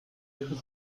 ihren